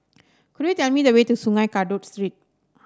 could you tell me the way to Sungei Kadut Street